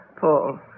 Paul